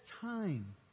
time